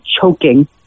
choking